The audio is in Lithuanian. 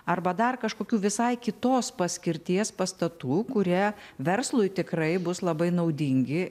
arba dar kažkokių visai kitos paskirties pastatų kurie verslui tikrai bus labai naudingi